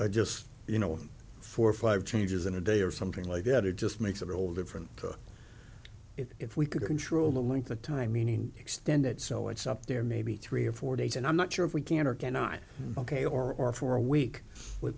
i just you know four or five changes in a day or something like that it just makes it all different if we could control the length of time meaning extend it so it's up there maybe three or four days and i'm not sure if we can or cannot ok or or for a week with